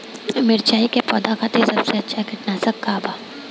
मिरचाई के पौधा खातिर सबसे अच्छा कीटनाशक का बा?